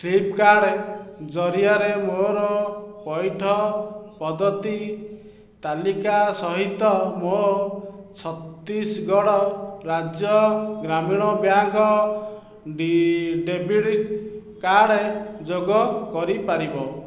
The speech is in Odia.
ଫ୍ଲିପ୍କାର୍ଡ଼ ଜରିଆରେ ମୋର ପଇଠ ପଦ୍ଧତି ତାଲିକା ସହିତ ମୋ ଛତିଶଗଡ଼ ରାଜ୍ୟ ଗ୍ରାମୀଣ ବ୍ୟାଙ୍କ ଡେବିଟ୍ କାର୍ଡ଼ ଯୋଗ କରିପାରିବ